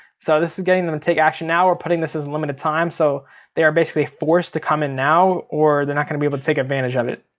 so this is getting them to take action now, we're putting this as a limited time, so they are basically forced to come in now, or they're not gonna be able to take advantage of it.